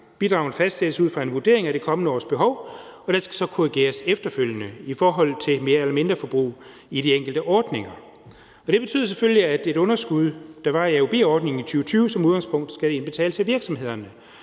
Bidragene fastsættes ud fra en vurdering af det kommende års behov, og der skal så korrigeres efterfølgende i forhold til mere- eller mindreforbrug i de enkelte ordninger, og det betyder selvfølgelig, at et underskud, som der var i AUB-ordningen i 2020, som udgangspunkt skal indbetales af virksomhederne.